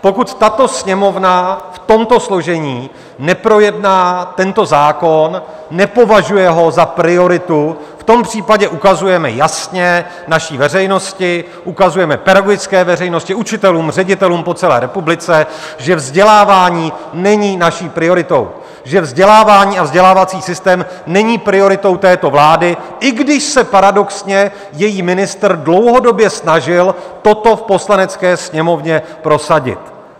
Pokud tato Sněmovna v tomto složení neprojedná tento zákon, nepovažuje ho za prioritu, v tom případě ukazujeme jasně naší veřejnosti, ukazujeme pedagogické veřejnosti, učitelům, ředitelům po celé republice, že vzdělávání není naší prioritou, že vzdělávání a vzdělávací systém není prioritou této vlády, i když se paradoxně její ministr dlouhodobě snažil toto v Poslanecké sněmovně prosadit